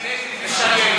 אני נגד לשריין.